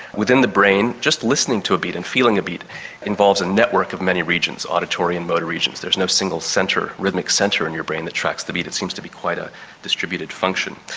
within the brain just listening to a beat and feeling a beat involves a network of many regions, auditory and motor regions, there is no single rhythmic centre in your brain that tracks the beat, it seems to be quite a distributed function.